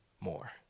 more